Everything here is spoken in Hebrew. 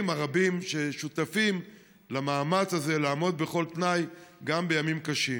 הרבים ששותפים למאמץ הזה לעמוד בכל תנאי גם בימים קשים.